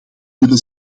willen